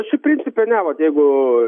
šiaip principe ne at jeigu